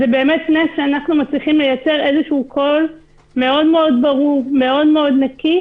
נס שאנחנו מצליחים לייצר קול מאוד ברור ומקיף.